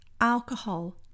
alcohol